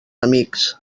amics